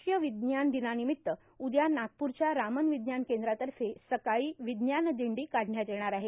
राष्ट्रीय विज्ञान दिनानिमित्त उद्या नागप्रच्या रामन विज्ञान केंद्रातर्फे सकाळी विज्ञान दिंडी काढण्यात येणार आहे